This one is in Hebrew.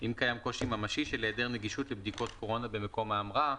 אם קיים קושי ממשי של העדר נגישות לבדיקות קורונה במקום ההמראה,